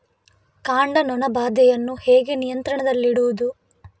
ಕಾಂಡ ನೊಣ ಬಾಧೆಯನ್ನು ಹೇಗೆ ನಿಯಂತ್ರಣದಲ್ಲಿಡುವುದು?